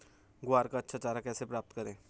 ग्वार का अच्छा चारा कैसे प्राप्त करें?